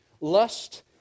Lust